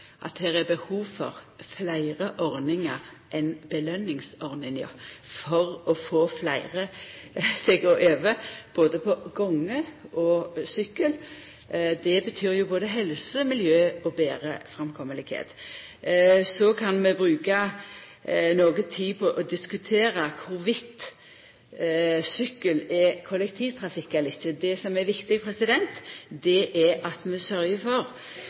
at det er behov for fleire ordningar enn belønningsordninga for å få fleire til å gå over til gange og sykkel. Det betyr jo både betre helse, miljø og framkommelegheit. Så kan vi bruka noko tid på å diskutera om sykkel er eit kollektivmiddel eller ikkje. Det som er viktig, er at vi sørgjer for